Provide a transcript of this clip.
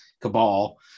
cabal